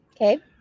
Okay